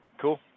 cool